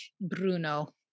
Bruno